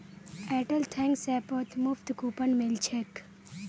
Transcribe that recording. Airtel thanks ऐपत मुफ्त coupon मिल छेक